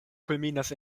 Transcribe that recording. kulminas